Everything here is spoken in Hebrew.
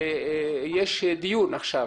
שיש דיון עכשיו